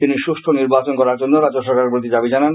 তিনি সুষ্ঠু নির্বাচন করার জন্য রাজ্য সরকারের প্রতি দাবি জানান